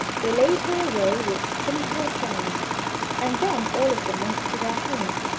they laid her away with simple ceremony and then all of them went to their homes,